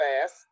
fast